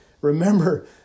Remember